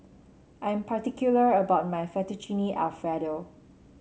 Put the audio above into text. I am particular about my Fettuccine Alfredo